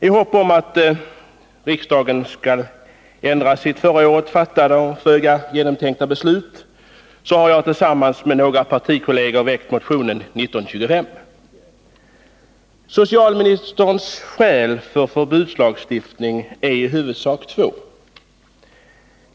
I hopp om att riksdagen skall ändra sitt förra året fattade, föga genomtänkta beslut har jag tillsammans med några partikolleger väckt motionen 1925. Socialministerns skäl för förbudslagstiftning är i huvudsak två.